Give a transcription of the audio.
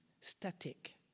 static